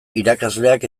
irakasleak